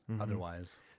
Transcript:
otherwise